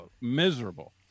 miserable